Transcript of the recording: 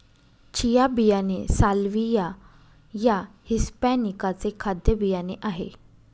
chia बियाणे salvia या hispanica चे खाद्य बियाणे आहे